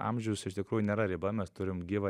amžius iš tikrųjų nėra riba mes turim gyvą